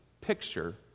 picture